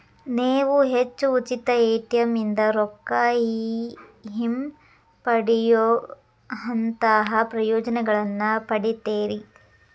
ನೇವು ಹೆಚ್ಚು ಉಚಿತ ಎ.ಟಿ.ಎಂ ಇಂದಾ ರೊಕ್ಕಾ ಹಿಂಪಡೆಯೊಅಂತಹಾ ಪ್ರಯೋಜನಗಳನ್ನ ಪಡಿತೇರಿ